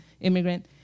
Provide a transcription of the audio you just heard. immigrant